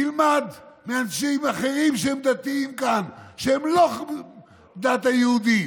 תלמד מאנשים אחרים שהם דתיים כאן והם לא מהדת היהודית.